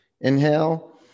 Inhale